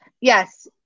Yes